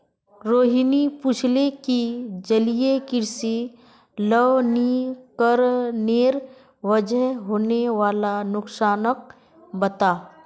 रोहिणी पूछले कि जलीय कृषित लवणीकरनेर वजह होने वाला नुकसानक बता